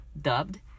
dubbed